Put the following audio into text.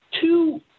two